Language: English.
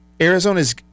Arizona's –